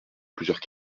plusieurs